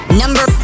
number